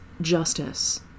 justice